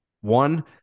One